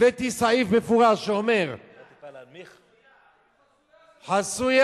הבאתי סעיף מפורש שאומר, זו ועדה חסויה.